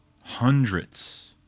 hundreds